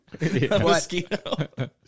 mosquito